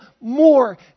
more